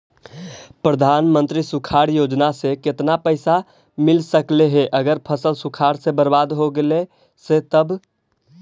प्रधानमंत्री सुखाड़ योजना से केतना पैसा मिल सकले हे अगर फसल सुखाड़ से बर्बाद हो गेले से तब?